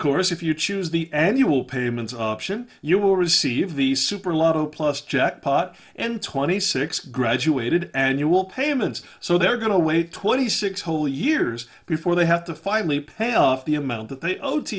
course if you choose the annual payments option you will receive the super lotto plus jackpot and twenty six graduated annual payments so they're going to wait twenty six whole years before they have to finally pay off the amount that they o